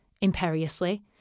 imperiously